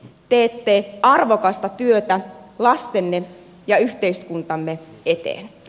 teette arvokasta työtä lastenne ja yhteiskuntamme eteen